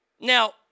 Now